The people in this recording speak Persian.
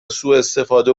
سواستفاده